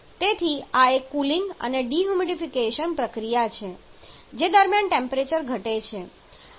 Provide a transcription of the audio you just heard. તેથી આ એક કુલિંગ અને ડિહ્યુમિડિફિકેશન પ્રક્રિયા છે જે દરમિયાન ટેમ્પરેચર ઘટે છે